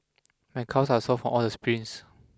my calves are sore from all the sprints